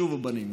שובו בנים.